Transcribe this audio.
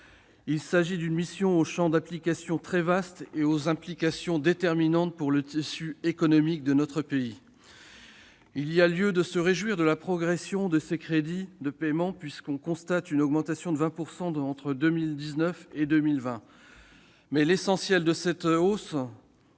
Il s'agit d'une mission au champ d'application très vaste et aux implications déterminantes pour le tissu économique de notre pays. Il y a lieu de se réjouir de la progression de ces crédits de paiement, puisqu'on constate une augmentation de 20 % entre 2019 et 2020. Mais l'essentiel de cette hausse